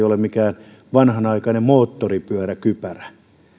ole mitään vanhanaikaisia moottoripyöräkypäriä